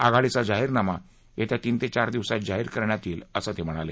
आघाडीचा जाहीरनामा येत्या तीन ते चार दिवसात जाहीर करण्यात येईल असं ते म्हणाले